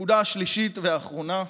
הנקודה השלישית והאחרונה: